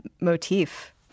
motif